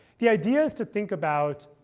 the idea is to think about,